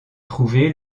trouvé